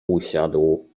usiadł